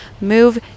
move